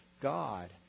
God